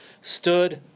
stood